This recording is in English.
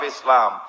Islam